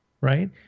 right